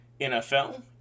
NFL